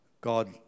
God